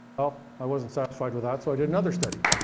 well, i wasn't satisfied with that, so i did another study.